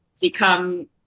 become